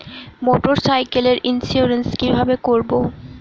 মোটরসাইকেলের ইন্সুরেন্স কিভাবে করব?